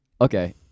okay